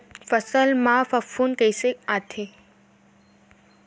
फसल मा फफूंद कइसे आथे?